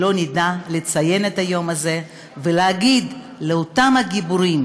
לא נדע לציין את היום הזה ולהגיד לאותם הגיבורים